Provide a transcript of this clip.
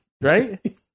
Right